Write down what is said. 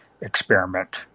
experiment